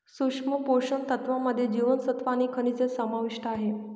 सूक्ष्म पोषण तत्त्वांमध्ये जीवनसत्व आणि खनिजं समाविष्ट आहे